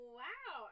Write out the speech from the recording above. wow